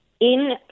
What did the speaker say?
in-